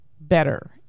better